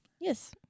Yes